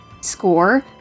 score